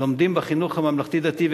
לומדים בחינוך הממלכתי-דתי,